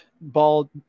ball